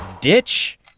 Ditch